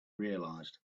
realized